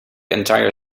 entire